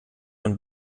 von